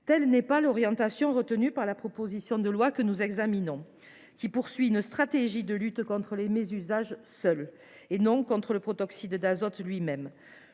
Telle n’est pas l’orientation retenue dans la proposition de loi que nous examinons, qui prévoit une stratégie de lutte contre les mésusages seuls et non contre le protoxyde d’azote lui même.